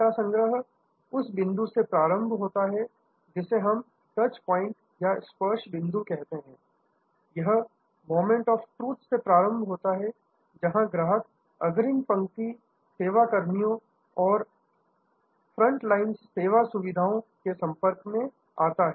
data संग्रह उस बिंदु से प्रारंभ होता है जिसे हम टच प्वाइंट या स्पर्श बिंदु कहते हैं यह मोमेंट ऑफ ट्रुथ से प्रारंभ होता है जहां ग्राहक अग्रिम पंक्ति सेवा कर्मियों फ्रंटलाइन पर्सोनेल और फ्रंट लाइन सेवा सुविधाओं के संपर्क में आता है